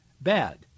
bad